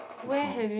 to count